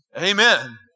Amen